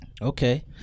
Okay